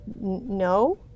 no